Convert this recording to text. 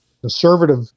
conservative